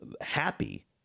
happy